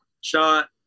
Shot